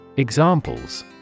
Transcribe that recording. Examples